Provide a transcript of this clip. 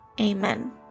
amen